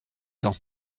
temps